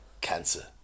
cancer